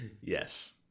Yes